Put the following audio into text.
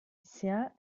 bisher